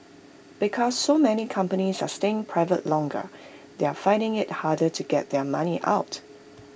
because so many companies are staying private longer they're finding IT harder to get their money out